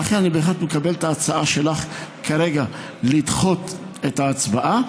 ולכן אני בהחלט מקבל את ההצעה שלך כרגע לדחות את ההצבעה.